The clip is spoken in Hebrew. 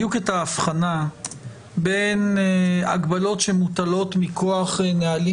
בדיוק את ההבחנה בין הגבלות שמוטלות מכוח נהלים